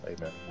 Amen